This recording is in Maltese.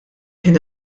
kien